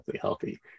healthy